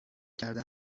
کرده